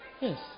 Yes